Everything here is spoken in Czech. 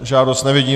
Žádost nevidím.